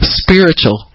spiritual